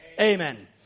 Amen